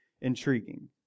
intriguing